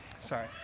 Sorry